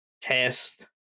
test